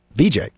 VJ